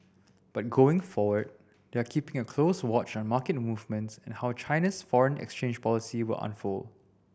but going forward they are keeping a close watch on market movements and how China's foreign exchange policy will unfold